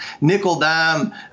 nickel-dime